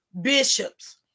bishops